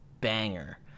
banger